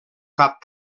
cap